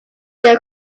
their